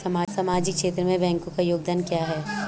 सामाजिक क्षेत्र में बैंकों का योगदान क्या है?